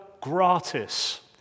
gratis